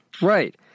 Right